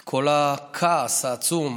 את כל הכעס העצום